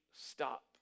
stop